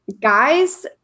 guys